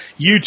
YouTube